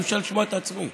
אי-אפשר לשמוע, את עצמי.